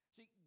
See